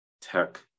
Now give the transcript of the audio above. tech